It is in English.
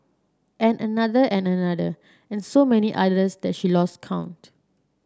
and another and another and so many others that she lost count